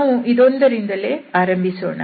ನಾವು ಇದೊಂದರಿಂದಲೇ ಆರಂಭಿಸೋಣ